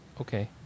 Okay